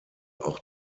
auch